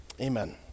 Amen